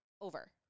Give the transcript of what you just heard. over